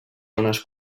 zones